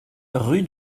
rue